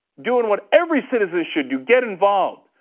doing what every citizen should do, get involved,